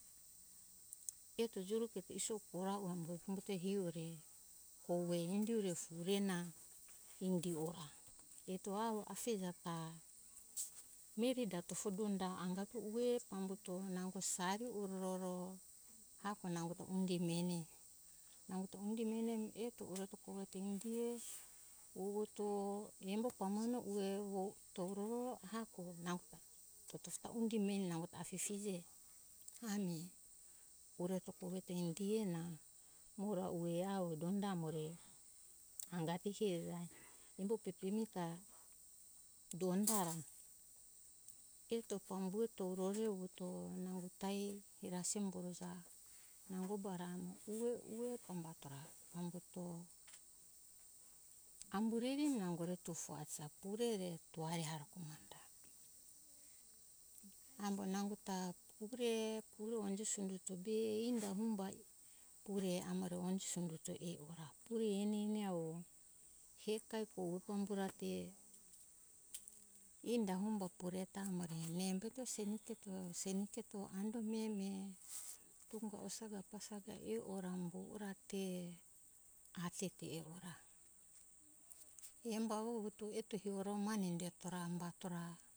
Eto juruketo isoko avo umbuto hiore ovu indio re fure na indi ora eto avo afija ta mireri ra tofo ta donda anga ue pambuto nango sari ue uroro hako nango ta undi meni nago te undi meni indito ue ora eto indiue puvuto embo pamone ue vuto umbororo hako nau tofo ta undi meni nango ta afije ami pure eto indie hena umora ue avo donda amore angati ue embo pepemi ta donda ra eto pambu eto torero vuto nango tai mira simba uja nango bara ue umbato ra umbuto ambureri nango re tofo aja pure re eto ari harako amo nango ta pure pure onje sumbu be enda tumbae pure amo re honje sumbu ta e ora pure eni eni avo hekai pure pambura te enda tumba pure ta amore embo seniketo seniketo ambo meme tunga osaga wasiri osaga e ora mo ora te ange be ora embo avo vuto eto hiore mane inditora hambatora